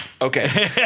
Okay